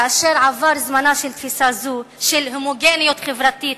כאשר עבר זמנה של תפיסה זו של הומוגניות חברתית